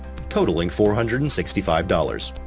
totaling four hundred and sixty five dollars.